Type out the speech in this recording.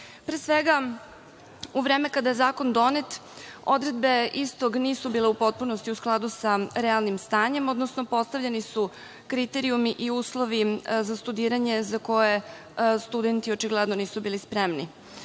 svega, u vreme kada je zakon donet, odredbe istog nisu bile u potpunosti u skladu sa realnim stanjem, odnosno postavljeni su kriterijumi i uslovi za studiranje za koje studenti očigledno nisu bili spremni.